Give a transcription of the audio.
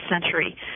century